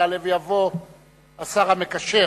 יעלה ויבוא השר המקשר,